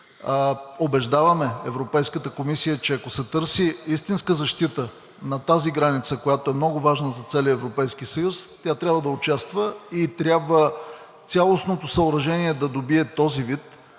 Убеждаваме Европейската комисия, че ако се търси истинска защита на тази граница, която е много важна за целия Европейския съюз, тя трябва да участва и трябва цялостното съоръжение да добие този вид,